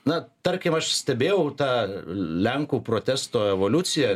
na tarkim aš stebėjau tą lenkų protesto evoliuciją